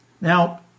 Now